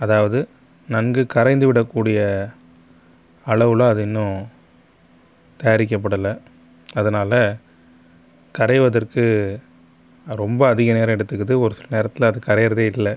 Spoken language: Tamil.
அதாவது நன்கு கரைந்துவிடக் கூடிய அளவில் அது இன்னும் தயாரிக்கப்படலை அதனாலே கரைவதற்கு ரொம்ப அதிக நேரம் எடுத்துக்குது ஒரு சில நேரத்தில் அது கரையறதே இல்லை